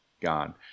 gone